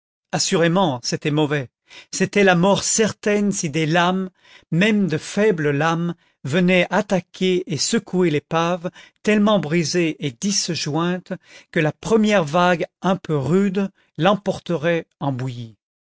assurément c'était mauvais c'était la mort certaine si des lames même de faibles lames venaient attaquer et secouer l'épave tellement brisée et disjointe que la première vague un peu rude l'emporterait en bouillie